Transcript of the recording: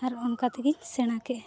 ᱟᱨ ᱚᱱᱠᱟ ᱛᱮᱜᱮᱧ ᱥᱮᱬᱟ ᱠᱮᱫᱼᱟ